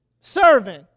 Serving